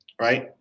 right